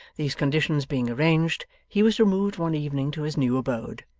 these conditions being arranged, he was removed one evening to his new abode,